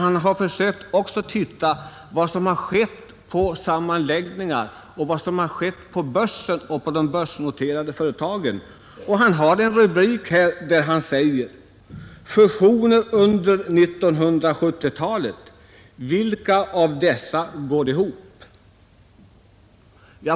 Han har undersökt vilka sammanläggningar som skett och vad som har inträffat på börsen i fråga om de börsnoterade företagen och han har satt rubriken: Fusioner under 1970-talet — vilka av dessa går ihop?